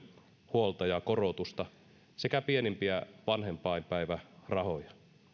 huoltajakorotusta sekä pienimpiä vanhempainpäivärahoja